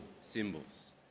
symbols